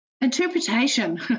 interpretation